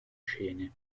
scene